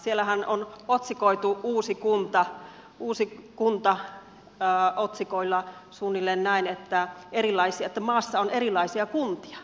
siellähän on otsikoitu uusi kunta otsikolla suunnilleen että maassa on erilaisia kuntia